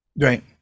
right